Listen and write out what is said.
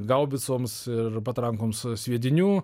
haubicoms ir patrankoms sviedinių